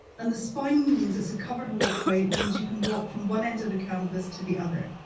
and the spine means it's a covered walk waifer, it means you can walk from one end of the campus to the other.